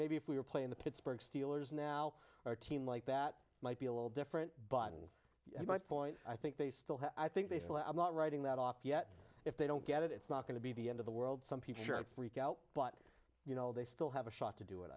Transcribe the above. maybe if we were playing the pittsburgh steelers now or a team like that might be a little different but my point i think they still have i think they still i'm not writing that off yet if they don't get it it's not going to be the end of the world some people freak out but you know they still have a shot to do